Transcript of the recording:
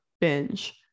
binge